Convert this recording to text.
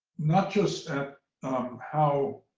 not just at how